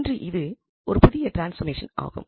இன்று இது ஒரு புதிய டிரான்ஸ்ஃபார்மேஷன் ஆகும்